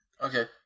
okay